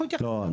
אנחנו נתייחס לא,